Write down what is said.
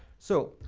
so.